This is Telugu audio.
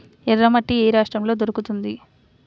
ఎర్రమట్టి ఏ రాష్ట్రంలో దొరుకుతుంది?